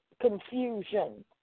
confusion